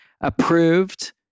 approved